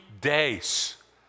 days